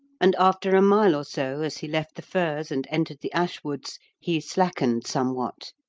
and after a mile or so, as he left the firs and entered the ash woods, he slackened somewhat.